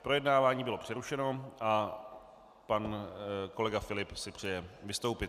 Projednávání bylo přerušeno a pan kolega Filip si přeje vystoupit.